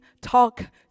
Talk